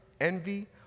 envy